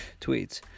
tweets